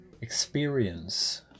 experience